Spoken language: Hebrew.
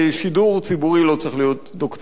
שידור ציבורי לא צריך להיות דוקטרינרי,